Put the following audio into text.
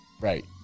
right